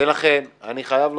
ולכן, אני חייב לומר,